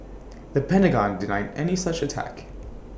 the Pentagon denied any such attack